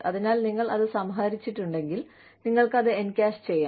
അതിനാൽ നിങ്ങൾ അത് സമാഹരിച്ചിട്ടുണ്ടെങ്കിൽ നിങ്ങൾക്ക് അത് എൻക്യാഷ് ചെയ്യാം